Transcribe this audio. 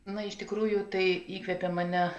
na iš tikrųjų tai įkvėpė mane